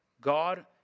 God